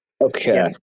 Okay